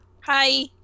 Hi